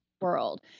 world